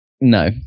No